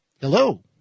Hello